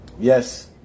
Yes